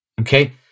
okay